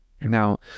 now